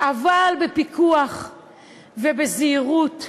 אבל בפיקוח ובזהירות.